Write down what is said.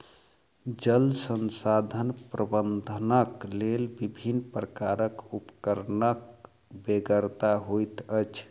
जल संसाधन प्रबंधनक लेल विभिन्न प्रकारक उपकरणक बेगरता होइत अछि